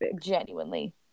genuinely